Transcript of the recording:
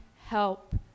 help